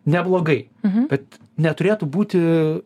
neblogai bet neturėtų būti